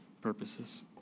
purposes